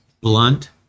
blunt